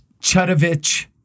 Chudovich